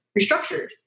restructured